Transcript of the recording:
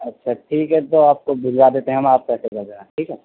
اچھا ٹھیک ہے تو آپ کو بھجوا دیتے ہیں ہم آپ پیسے بھیج دیں ٹھیک ہے